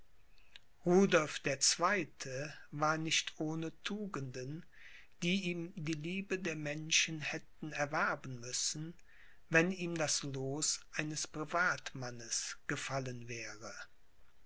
rudolph der zweite war nicht ohne tugenden die ihm die liebe der menschen hätten erwerben müssen wenn ihm das loos eines privatmannes gefallen wäre